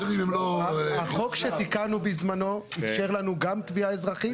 החוק שתיקנו בזמנו אפשר לנו גם גבייה אזרחית,